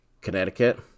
connecticut